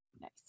Nice